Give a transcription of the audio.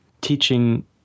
teaching